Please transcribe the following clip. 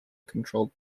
controlled